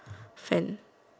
friend